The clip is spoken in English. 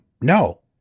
No